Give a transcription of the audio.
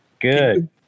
Good